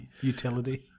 utility